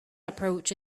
approach